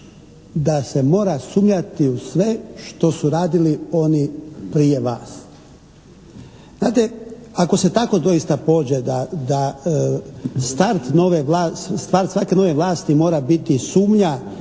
da se mora sumnjati u sve što su radili oni prije vas. Znate ako se tako doista pođe da start nove, start svake nove vlasti mora biti sumnja